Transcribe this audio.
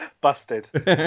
Busted